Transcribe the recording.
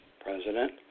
president